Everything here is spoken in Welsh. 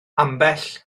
ambell